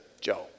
Joe